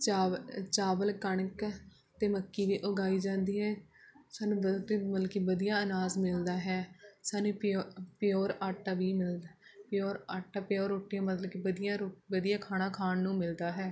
ਚਾਵ ਚਾਵਲ ਕਣਕ ਅਤੇ ਮੱਕੀ ਵੀ ਉਗਾਈ ਜਾਂਦੀ ਹੈ ਸਾਨੂੰ ਬਹੁਤ ਹੀ ਬਲਕਿ ਵਧੀਆ ਅਨਾਜ ਮਿਲਦਾ ਹੈ ਸਾਨੂੰ ਪਿਓ ਪਿਓਰ ਆਟਾ ਵੀ ਮਿਲਦਾ ਪਿਓਰ ਆਟਾ ਪਿਓਰ ਰੋਟੀਆਂ ਮਤਲਬ ਕਿ ਵਧੀਆ ਵਧੀਆ ਖਾਣਾ ਖਾਣ ਨੂੰ ਮਿਲਦਾ ਹੈ